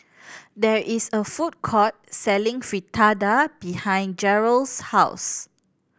there is a food court selling Fritada behind Gearld's house